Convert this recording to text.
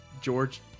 George